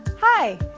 hi,